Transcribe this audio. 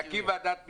צריך להקים ועדת משנה,